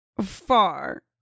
far